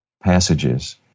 passages